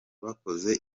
bakoze